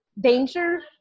danger